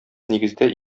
нигездә